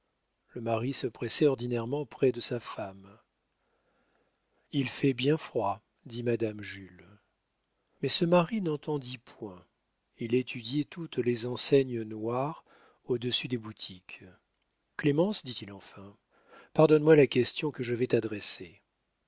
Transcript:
le mari se pressait ordinairement près de sa femme il fait bien froid dit madame jules mais ce mari n'entendit point il étudiait toutes les enseignes noires au-dessus des boutiques clémence dit-il enfin pardonne-moi la question que je vais t'adresser